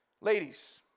Ladies